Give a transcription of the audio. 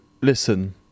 listen